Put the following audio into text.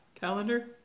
Calendar